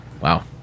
Wow